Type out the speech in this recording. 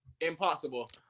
impossible